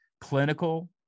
clinical